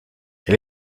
elle